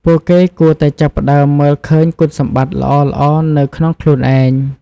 ពួកគេគួរតែចាប់ផ្ដើមមើលឃើញគុណសម្បត្តិល្អៗនៅក្នុងខ្លួនឯង។